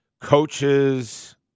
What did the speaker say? coaches